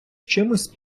чимсь